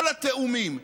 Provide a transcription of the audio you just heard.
כל התיאומים,